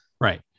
Right